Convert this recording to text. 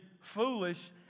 foolish